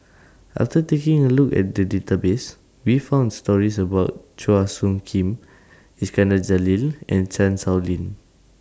after taking A Look At The Database We found stories about Chua Soo Khim Iskandar Jalil and Chan Sow Lin